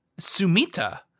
Sumita